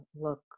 look